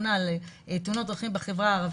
הוא פורסם ממש לאחרונה על תאונות דרכים בחברה הערבית.